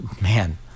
man